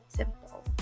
simple